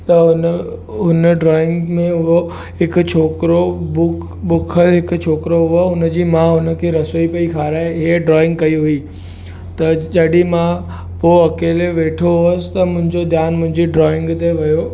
त हुन हुन ड्राइंग में उहो हिकु छोकिरो भुक भुख हिकु छोकिरो हुओ हुन जी माउ हुन खे रसोई पई खाराए इहे ड्राइंग कई हुई त जॾहिं मां पोइ अकेले वेठो हुउसि त मुंहिंजो ध्यानु मुंहिंजी ड्राइंग ते वियो